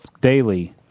daily